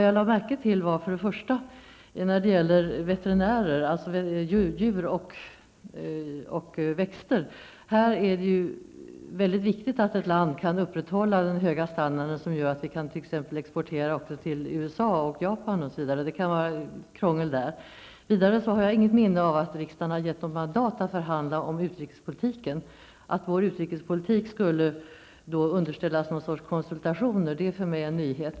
Jag lade emellertid i redovisningen märke till vad statsrådet sade om djur och växter. Det är ju mycket viktigt att ett land kan upprätthålla den höga standard som exempelvis gör det möjligt för oss att exportera även till USA och Japan, där det kan vara krångel. Vidare har jag inget minne av att riksdagen har gett något mandat att förhandla om utrikespolitiken. Att vår utrikespolitik skulle underställas någon sorts konsultationer är för mig en nyhet.